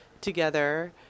together